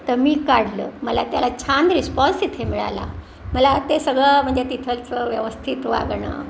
तर मी काढलं मला त्याला छान रिस्पॉन्स इथे मिळाला मला ते सगळं म्हणजे तिथंचं व्यवस्थित वागणं